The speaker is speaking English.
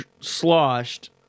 sloshed